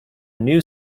new